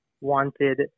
wanted